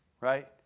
right